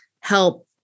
help